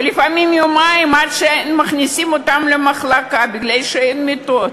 ולפעמים עוברים יומיים עד שמכניסים אותם למחלקה מפני שאין מיטות.